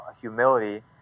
humility